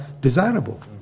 desirable